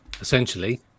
essentially